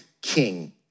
king